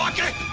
um ganga